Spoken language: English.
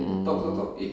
mm mm